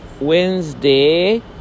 Wednesday